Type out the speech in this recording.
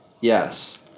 Yes